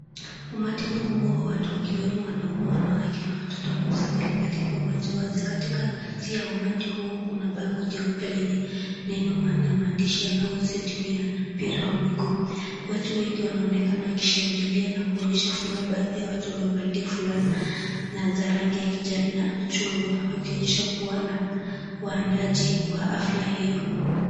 Umati mkubwa wa watu wakiwemo wanawake na watoto wamekusanyika katika uwanja wazi katikati ya umati huo kuna bango jeupe lenye neno maana maandishi yanayohusu timu ya mpira wa miguu, watu wengi wanaonekana wakishangalia na kuonyesha furaha baadhi ya watu wamevalia fulana na za rangi ya kijani na chungwa wakionyesha kuwa waandaji wa hafla hiyo.